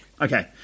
Okay